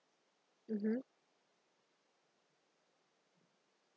mmhmm